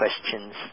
questions